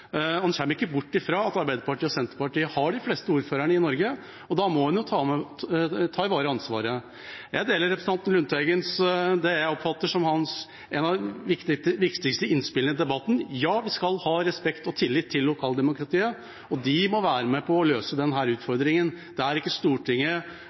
ikke bort fra at Arbeiderpartiet og Senterpartiet har de fleste ordførerne i Norge, og da må en ivareta ansvaret. Jeg deler det jeg oppfatter er representanten Lundteigens viktigste innspill i debatten: Ja, vi skal ha respekt og tillit til lokaldemokratiet, og det må være med på å løse